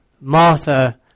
Martha